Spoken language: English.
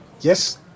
Yes